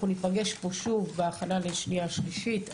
אנחנו ניפגש פה שוב בהכנה לשנייה ושלישית.